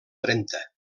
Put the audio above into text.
trenta